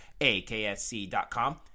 AKSC.com